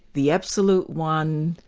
the absolute one,